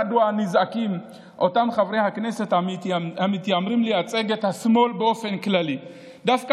מדוע נזעקים אותם חברי הכנסת המתיימרים לייצג את השמאל באופן כללי דווקא